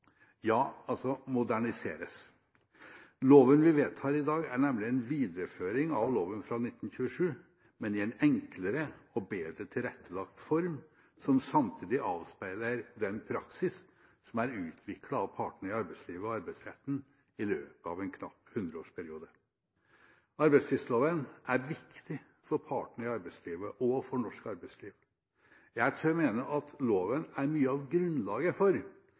Ja, den moderniseres. Loven vi vedtar i dag, er nemlig en videreføring av loven fra 1927, men i en enklere og bedre tilrettelagt form som samtidig avspeiler den praksis som er utviklet av partene i arbeidslivet og Arbeidsretten i løpet av en knapp hundreårsperiode. Arbeidstvistloven er viktig for partene i arbeidslivet og for norsk arbeidsliv. Jeg tør mene at loven er mye av grunnlaget for